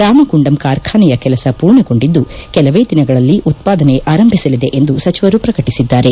ರಾಮಗುಂಡಂ ಕಾರ್ಖಾನೆಯ ಕೆಲಸ ಪೂರ್ಣಗೊಂಡಿದ್ದು ಕೆಲವೇ ದಿನಗಳಲ್ಲಿ ಉತ್ತಾದನೆ ಆರಂಭಿಸಲಿದೆ ಎಂದು ಸಚಿವರು ಪ್ರಕಟಿಸಿದ್ದಾರೆ